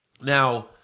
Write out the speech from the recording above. Now